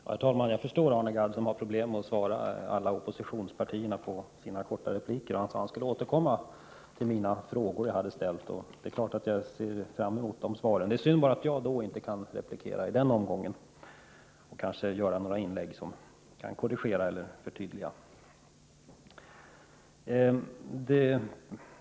Herr talman! Jag förstår att Arne Gadd har problem med att bemöta alla oppositionsföreträdarna i sina korta repliker. Han sade att han skulle återkomma till de frågor som jag hade ställt, och jag ser naturligtvis fram emot hans besked. Det är bara synd att jag inte kan replikera i den omgången för att korrigera eller förtydliga.